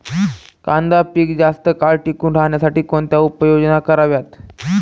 कांदा पीक जास्त काळ टिकून राहण्यासाठी कोणत्या उपाययोजना कराव्यात?